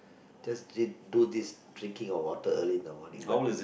just drink do this drinking of water early in the morning